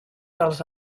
dels